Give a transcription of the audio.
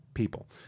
people